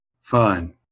Fine